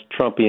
Trumpian